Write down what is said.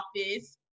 office